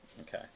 Okay